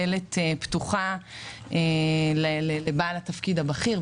דלת פתוחה לבעל התפקיד הבכיר,